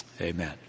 Amen